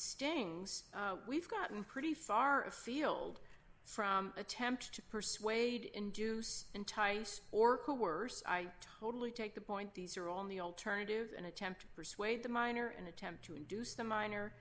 stings we've gotten pretty far afield from attempt to persuade induce entice or who worse i totally take the point these are all the alternatives an attempt to persuade the minor and attempt to induce the minor